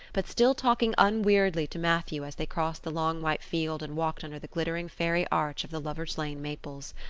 but still talking unweariedly to matthew as they crossed the long white field and walked under the glittering fairy arch of the lover's lane maples.